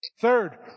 Third